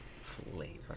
Flavor